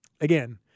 again